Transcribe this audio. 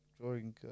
drawing